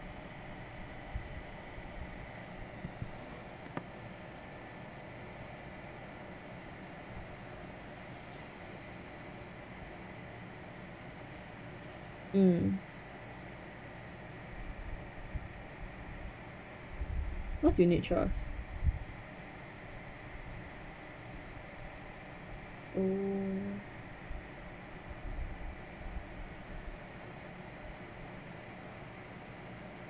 mm what's unit trust mm